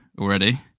already